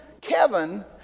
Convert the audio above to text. Kevin